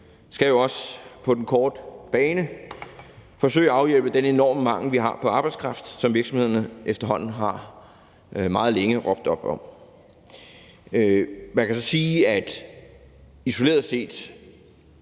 skal jo også på den korte bane forsøge at afhjælpe den enorme mangel, vi har på arbejdskraft, som virksomhederne efterhånden meget længe har råbt op om. Man kan så sige, at isoleret set